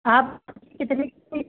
आप कितने कितने